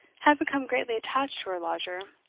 had become greatly attached to her lodger,